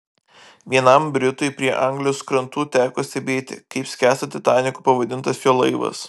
vienam britui prie anglijos krantų teko stebėti kaip skęsta titaniku pavadintas jo laivas